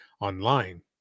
online